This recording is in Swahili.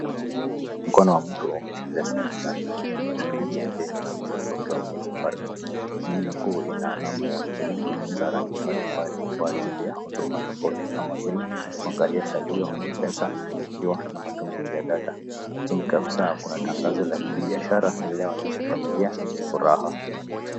Mkono wa mtu umeshikilia simu janja. Kwenye skrini yake kunaonyesha programu ya Safaricom. Menyu kuu ina alama ya miringo za rangi mbalimbali kwa ajili ya huduma tofauti kama vile kuangalia salio, M-PESA, tumikiwa na matumizi ya data. Chini kabisa kuna tangazo la kibiashara linaloonyesha familia yenye furaha.